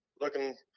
looking